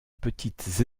petites